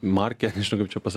markę nežinau kaip čia pasa